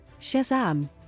Shazam